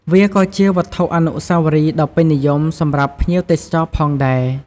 វាក៏ជាវត្ថុអនុស្សាវរីយ៍ដ៏ពេញនិយមសម្រាប់ភ្ញៀវទេសចរផងដែរ។